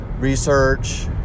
research